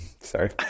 Sorry